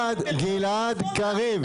גלעד קריב.